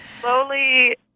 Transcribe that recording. slowly